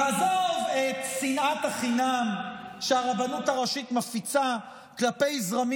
תעזוב את שנאת החינם שהרבנות הראשית מפיצה כלפי זרמים